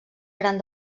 gran